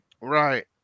Right